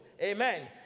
amen